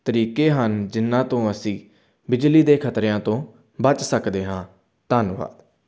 ਤਰੀਕੇ ਹਨ ਜਿਨ੍ਹਾਂ ਤੋਂ ਅਸੀਂ ਬਿਜਲੀ ਦੇ ਖਤਰਿਆਂ ਤੋਂ ਬਚ ਸਕਦੇ ਹਾਂ ਧੰਨਵਾਦ